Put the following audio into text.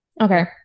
okay